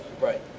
Right